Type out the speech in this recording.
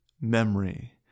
memory